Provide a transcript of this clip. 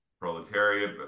proletariat